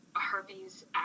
herpes